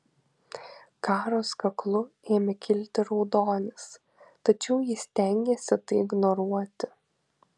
karos kaklu ėmė kilti raudonis tačiau ji stengėsi tai ignoruoti